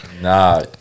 Nah